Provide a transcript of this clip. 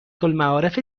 المعارف